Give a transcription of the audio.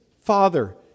Father